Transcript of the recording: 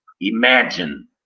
imagine